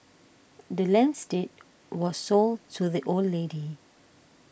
the land's deed was sold to the old lady